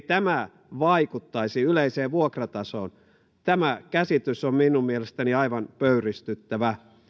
tämä ei vaikuttaisi yleiseen vuokratasoon on minun mielestäni aivan pöyristyttävä